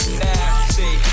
nasty